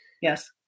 Yes